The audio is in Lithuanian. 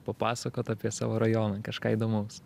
papasakot apie savo rajoną kažką įdomaus